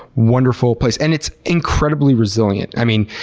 wonderful place and it's incredibly resilient. i mean,